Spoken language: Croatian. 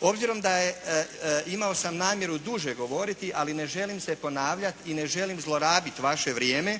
Obzirom da je, imao sam namjeru duže govorili ali ne želim se ponavljat i ne želim zlorabit vaše vrijeme